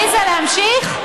עליזה, להמשיך?